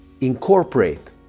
incorporate